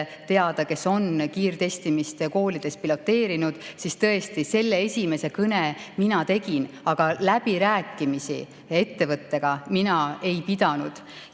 teada, kes on kiirtestimist koolides piloteerinud, siis tõesti selle esimese kõne mina tegin. Aga läbirääkimisi ettevõttega mina ei pidanud.